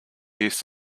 use